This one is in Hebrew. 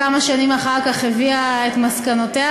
כמה שנים אחר כך הביאה את מסקנותיה,